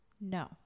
No